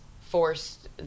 forced